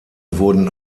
wurden